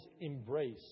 embrace